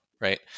right